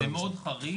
זה מאוד חריג,